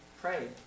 pray